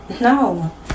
No